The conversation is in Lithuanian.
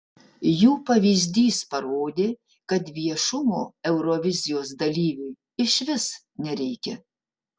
jų pavyzdys parodė kad viešumo eurovizijos dalyviui išvis nereikia